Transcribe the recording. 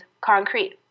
concrete